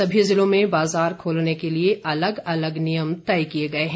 सभी जिलों में बाजार खोलने के लिए अलग अलग नियम तय किए गए हैं